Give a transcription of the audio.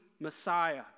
Messiah